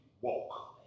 woke